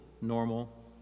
normal